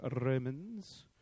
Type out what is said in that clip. Romans